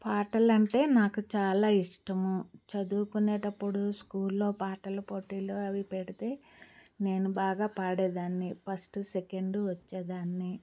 పాటలంటే నాకు చాలా ఇష్టము చదుకునేటప్పుడు స్కూల్లో పాటల పోటీలు అవిపెడితే నేను బాగా పాడేదాన్ని ఫస్ట్ సెకండు వచ్చేదాన్ని